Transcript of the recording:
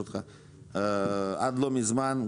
עד לא מזמן,